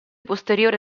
posteriore